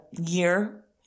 year